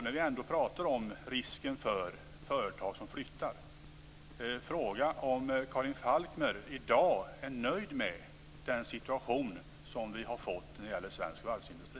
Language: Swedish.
När vi pratar om risken för att företag flyttar skulle jag vilja fråga Karin Falkmer om hon är nöjd med den situation som vi har fått när det gäller svensk varvsindustri.